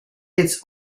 its